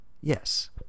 Yes